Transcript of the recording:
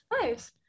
Nice